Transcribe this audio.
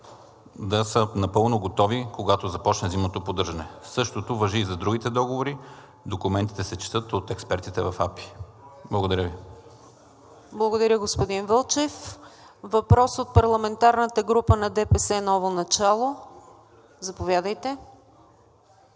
да са напълно готови, когато започне зимното поддържане. Същото важи и за другите договори. Документите се четат от експертите в АПИ. Благодаря Ви. ПРЕДСЕДАТЕЛ НИКОЛЕТА КУЗМАНОВА: Благодаря, господин Вълчев. Въпрос от парламентарната група на „ДПС – Ново начало“? Заповядайте.